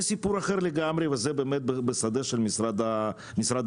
זה סיפור אחר לגמרי וזה באמת בשדה של משרד העבודה,